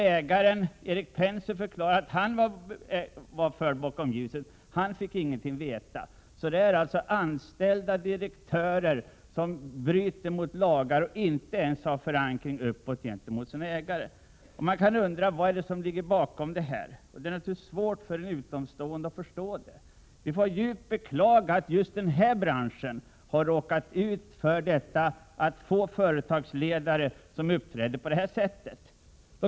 Ägaren, Erik Penser, har sagt att han var förd bakom ljuset, han fick ingenting veta. Det är tydligen anställda direktörer som bryter mot lagarna och inte ens har förankring uppåt gentemot företagets ägare. Man kan undra vad som ligger bakom detta agerande. Det är naturligtvis svårt för en utomstående att veta. Vi får djupt beklaga att just denna bransch har råkat ut för företagsledare som uppträder på detta sätt.